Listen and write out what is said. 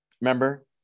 Remember